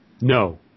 No